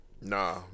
Nah